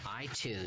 iTunes